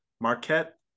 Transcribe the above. Marquette